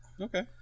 Okay